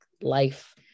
life